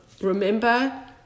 remember